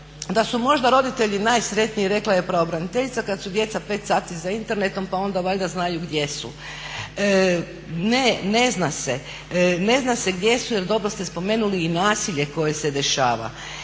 da su možda roditelji najsretniji, rekla je pravobraniteljica kad su djeca 5 sati za internetom, pa onda valjda znaju gdje su. Ne, ne zna se. Ne zna se gdje su jer dobro ste spomenuli i nasilje koje se dešava.